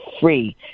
free